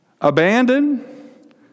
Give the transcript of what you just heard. abandoned